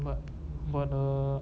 but but uh